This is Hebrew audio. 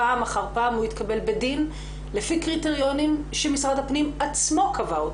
פעם אחר פעם הוא התקבל בדין לפי קריטריונים שמשרד הפנים עצמו קבע,